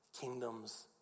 Kingdoms